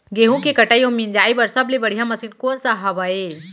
गेहूँ के कटाई अऊ मिंजाई बर सबले बढ़िया मशीन कोन सा हवये?